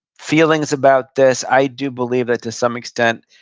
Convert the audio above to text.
feelings about this. i do believe that to some extent,